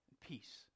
peace